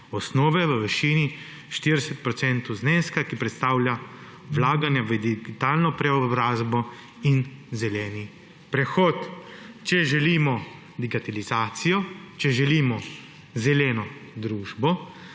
osnove v višini 40 % zneska, ki predstavlja vlaganje v digitalno preobrazbo in zeleni prehod. Če želimo digitalizacijo, če želimo zeleno družbo,